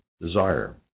desire